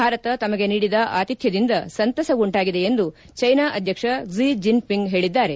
ಭಾರತ ತಮಗೆ ನೀಡಿದ ಆತಿಥ್ಲದಿಂದ ಸಂತಸ ಉಂಟಾಗಿದೆ ಎಂದು ಜೈನಾ ಅಧ್ಯಕ್ಷ ಕ್ಷಿ ಜೆನ್ಪಿಂಗ್ ಹೇಳಿದ್ದಾರೆ